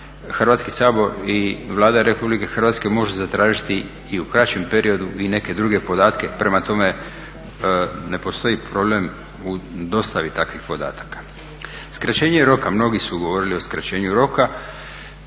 Hrvatski sabor i Vlada Republike Hrvatske može zatražiti i u kraćem periodu i neke druge podatke. Prema tome, ne postoji problem u dostavi takvih podataka. Skraćenje roka mnogi su govorili o skraćenju roka.